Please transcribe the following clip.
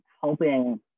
helping